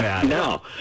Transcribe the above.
No